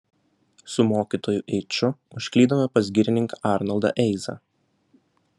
su mokytoju eiču užklydome pas girininką arnoldą eizą